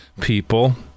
people